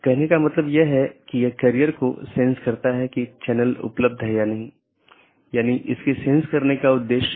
दूसरे अर्थ में यह कहने की कोशिश करता है कि अन्य EBGP राउटर को राउटिंग की जानकारी प्रदान करते समय यह क्या करता है